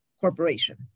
Corporation